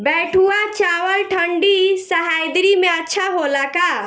बैठुआ चावल ठंडी सह्याद्री में अच्छा होला का?